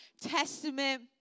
Testament